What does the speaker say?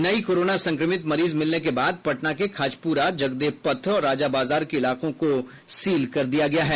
नई कोरोना संक्रमित मरीज मिलने के बाद पटना के खाजपुरा जगदेव पथ और राजा बाजार के इलाकों को सील कर दिया गया है